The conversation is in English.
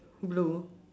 blue